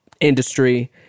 industry